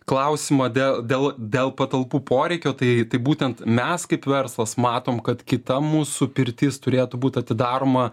klausima dėl dėl dėl patalpų poreikio tai tai būtent mes kaip verslas matom kad kita mūsų pirtis turėtų būti atidaroma